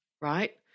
right